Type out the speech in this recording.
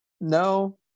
no